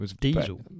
Diesel